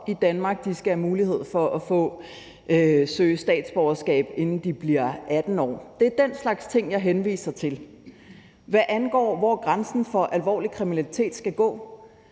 i Danmark; de skal have mulighed for at søge statsborgerskab, inden de fylder 18 år. Det er den slags ting, jeg henviser til. Hvad angår spørgsmålet om, hvor grænsen for alvorlig kriminalitet skal gå,